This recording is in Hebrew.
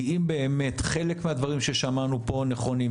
כי אם באמת חלק מהדברים ששמענו פה נכונים,